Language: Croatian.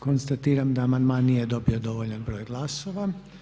Konstatiram da amandman nije dobio dovoljan broj glasova.